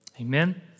Amen